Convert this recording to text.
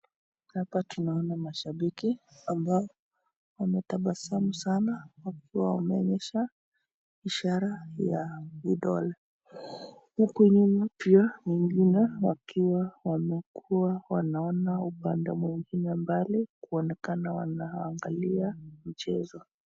Hapa tunaona mashabiki ambao wametabasamu sana wakiwa wameonyesha ishara ya vidole, Huku nyuma pia wengine wakiwa wamekuwa wanaona upande mwingine mbali kuonekana wanaangalia michezo.